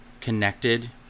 connected